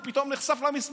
הוא פתאום נחשף למסמכים.